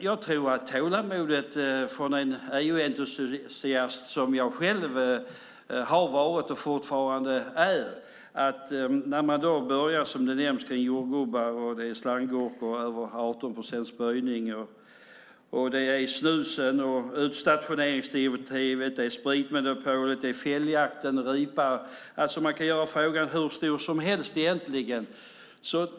Det behövs tålamod från en EU-entusiast som jag själv när man börjar prata om jordgubbar och slanggurkor med över 18 procents böjning. Det är snuset och utstationeringsdirektivet. Det är spritmonopolet, fälljakten och ripjakten. Man kan göra frågan hur stor som helst egentligen.